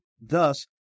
thus